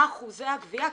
מה אחוזי הגבייה?